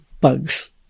bugs